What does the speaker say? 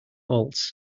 false